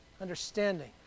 understanding